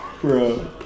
bro